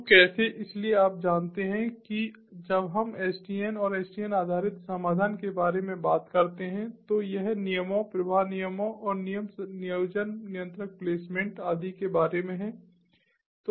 तो कैसे इसलिए आप जानते हैं कि जब हम SDN और SDN आधारित समाधान के बारे में बात करते हैं तो यह नियमों प्रवाह नियमों और नियम नियोजन नियंत्रक प्लेसमेंट आदि के बारे में है